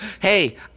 hey